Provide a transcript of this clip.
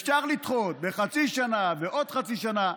אפשר לדחות בחצי שנה ועוד חצי שנה.